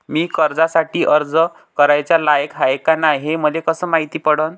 मी कर्जासाठी अर्ज कराचा लायक हाय का नाय हे मले कसं मायती पडन?